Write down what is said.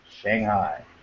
Shanghai